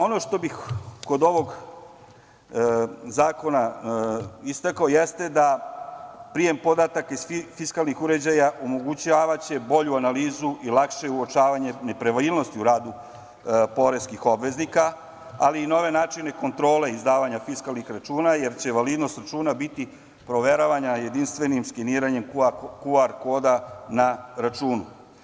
Ono što bih kod ovog zakona istakao jeste da prijem podataka iz fiskalnih uređaja omogućavaće bolju analizu i lakše uočavanje nepravilnosti u radu poreskih obveznika, ali i nove načine kontrole izdavanja fiskalnih računa, jer će validnost računa biti proveravana jedinstvenim skeniranjem QR koda na računu.